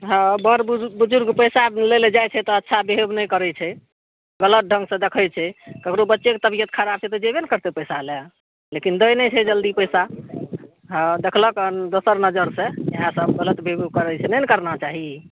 हँ बर बुजु बुजुर्ग पैसा लै लए जाइ छै तऽ अच्छा बिहेव नहि करय छै गलत ढङ्गसँ देखय छै ककरो बच्चेके तबियत खराब छै तऽ जेबे ने करतय पैसा लए लेकिन दै नहि छै जल्दी पैसा हँ देखलक दोसर नजरसँ इएह सब गलत बिहेव करय छै नहि ने करना चाही